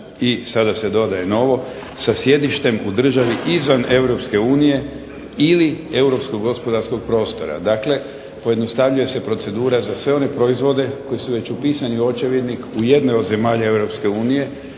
i sada se dodaje novo sa sjedištem u državi izvan Europske unije ili europskog gospodarskog prostora. Dakle, pojednostavnjuje se procedura za sve one proizvode koji su već upisani u očevidnik u jednoj od zemlja